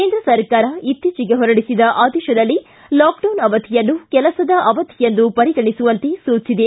ಕೇಂದ್ರ ಸರ್ಕಾರ ಇತ್ತೀಚೆಗೆ ಹೊರಡಿಸುವ ಆದೇಶದಲ್ಲಿ ಲಾಕ್ಡೌನ್ ಅವಧಿಯನ್ನು ಕೆಲಸದ ಅವಧಿಯೆಂದು ಪರಿಗಣಿಸುವಂತೆ ಸೂಚಿಸಿದೆ